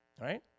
right